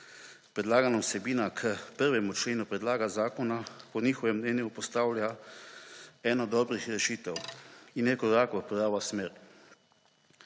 predlagana vsebina k 1. členu predloga zakona po njihovem mnenju postavlja eno dobrih rešitev in neki korak v pravo smer.